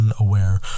unaware